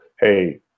Hey